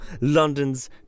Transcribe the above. London's